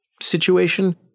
situation